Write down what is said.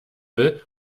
will